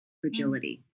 fragility